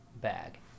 bag